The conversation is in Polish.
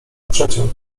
przeciąg